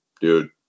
dude